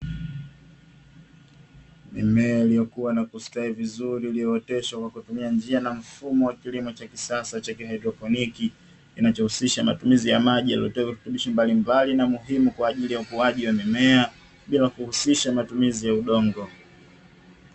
Mimea iliyokua na kustawi vizuri iliooteshwa kwa kutumia njia na mfumo wa kilimo cha kisasa cha hydroponi, kinachohusisha matumizi ya maji yaliyotoa virutubisho mbalimbali na muhimu kwa ajili ya ukuaji wa mimea, bila kuhusisha matumizi ya udongo.